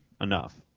enough